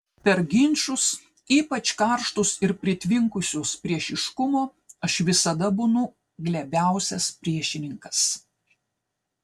per ginčus ypač karštus ir pritvinkusius priešiškumo aš visada būnu glebiausias priešininkas